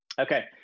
Okay